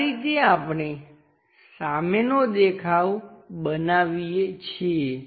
આ રીતે આપણે સામેનો દેખાવ બનાવીએ છીએ